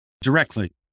directly